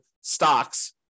stocks